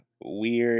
weird